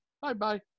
Bye-bye